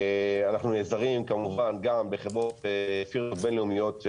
אנחנו נעזרים כמובן גם בחברות --- בין-לאומיות,